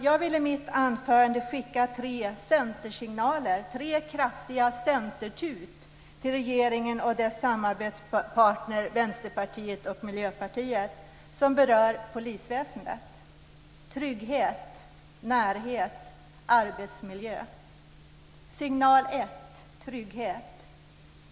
Jag vill i mitt anförande skicka tre centersignaler - tre kraftiga centertut - till regeringen och dess samarbetspartner Vänsterpartiet och Miljöpartiet som berör polisväsendet. Signalerna är trygghet, närhet och arbetsmiljö. Signal ett är trygghet.